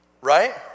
Right